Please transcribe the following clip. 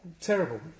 Terrible